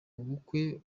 ubukwe